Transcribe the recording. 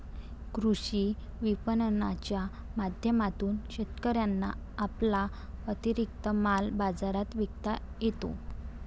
कृषी विपणनाच्या माध्यमातून शेतकऱ्यांना आपला अतिरिक्त माल बाजारात विकता येतो